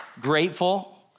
grateful